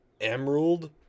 Emerald